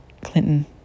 Clinton